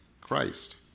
Christ